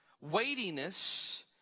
weightiness